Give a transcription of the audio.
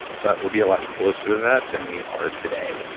but we'll be a lot closer to that than we are today.